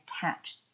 catch